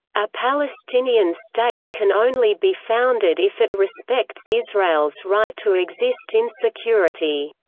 a palestinian state can only be founded if it respects israel's right to exist in security.